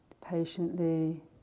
Patiently